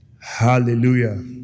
Hallelujah